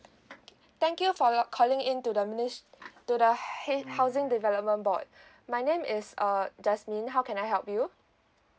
thank you for your calling in to the minis~ to the housing development board my name is uh jasmine how can I help you